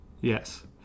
Yes